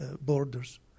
borders